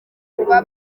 kuba